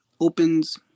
opens